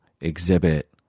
exhibit